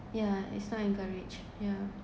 yeah it's not encouraged yeah